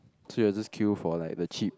so you all just queue for like the cheap